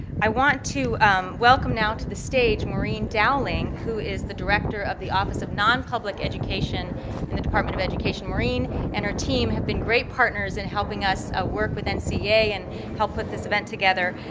i want to welcome now to the stage maureen dowling who is the director of the office of nonpublic education in the department of education. maureen and her team have been great partners in helping us ah work with ncea and help put this event together.